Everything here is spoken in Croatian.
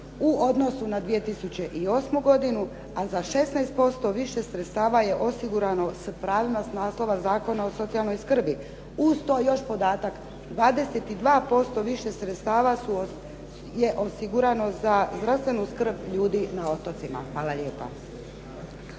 u odnosu na 2008. godinu, a za 16% više sredstava je osigurano s pravima s naslova Zakona o socijalnoj skrbi. Uz to još podatak, 22% više sredstava je osigurano za zdravstvenu skrb ljudi na otocima. Hvla lijepa.